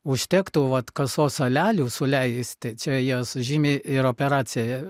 užtektų vat kasos salelių suleisti čia jos žymiai ir operacija